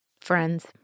Friends